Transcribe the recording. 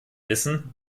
wissen